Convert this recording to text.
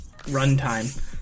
runtime